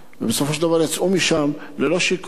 ובסופו של דבר יצאו משם ללא שיקום.